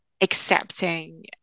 accepting